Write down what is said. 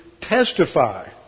testify